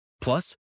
plus